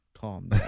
Calm